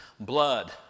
Blood